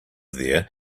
there